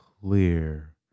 clear